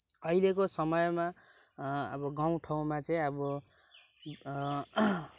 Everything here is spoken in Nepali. अहिलेको समयमा अब गाउँठाउँमा चाहिँ अब